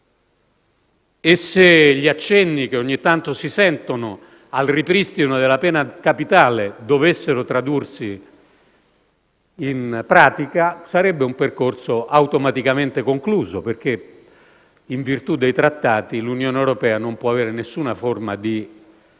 e se gli accenni, che ogni tanto si avvertono, di ripristino della pena capitale dovessero tradursi in pratica sarebbe un percorso automaticamente concluso. Infatti, in virtù dei trattati, l'Unione europea non può avere alcuna forma di